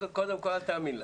קודם כל אל תאמין להם.